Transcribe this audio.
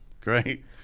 great